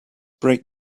break